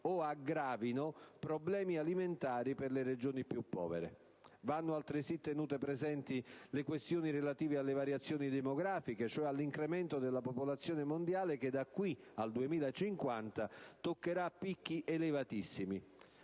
o aggravino problemi alimentari per le regioni più povere. Vanno altresì tenute presenti le questioni relative alle variazioni demografiche, cioè all'incremento della popolazione mondiale, che da qui al 2050 toccherà picchi elevatissimi.